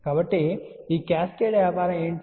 కాబట్టి ఈ క్యాస్కేడ్ వ్యాపారం ఏమిటి